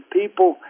people